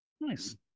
Nice